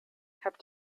habt